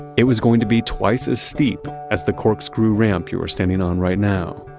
it was going to be twice as steep as the corkscrew ramp you're standing on right now.